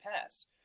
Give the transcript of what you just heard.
pass